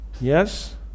Yes